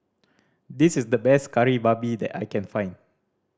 this is the best Kari Babi that I can find